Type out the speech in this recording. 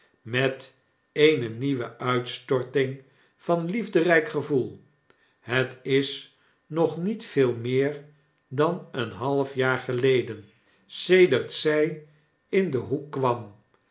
met eene nieuwe uitstorting van liefderyk gevoel het is nog niet veel meer dan een half jaar geleden sedert zy in den hoek kwam